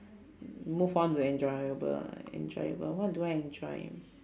move on to enjoyable ah enjoyable what do I enjoy